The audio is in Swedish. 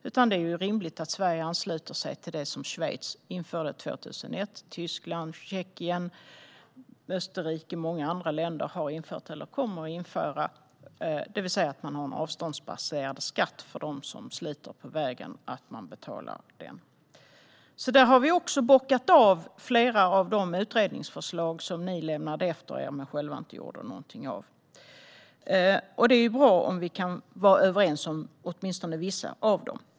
Det är i stället rimligt att Sverige ansluter sig till det som Schweiz införde 2001 och som Tyskland, Tjeckien, Österrike och många andra länder har infört eller kommer att införa, det vill säga en avståndsbaserad skatt för dem som sliter på vägen. De ska betala för det. Vi har bockat av flera av de utredningsförslag som ni lämnade efter er men själva inte gjorde någonting av. Det är bra om vi kan vara överens om åtminstone vissa av dem.